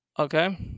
Okay